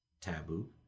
taboo